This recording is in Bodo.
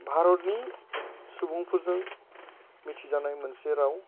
भारतनि सुबुंफोरजों मिथिजानाय मोनसे राव